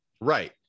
Right